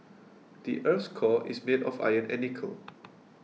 the earth's core is made of iron and nickel